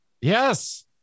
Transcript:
yes